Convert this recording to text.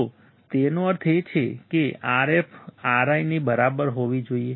તો તેનો અર્થ એ છે કે Rf Ri ની બરાબર હોવી જોઈએ